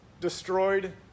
destroyed